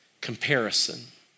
comparison